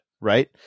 right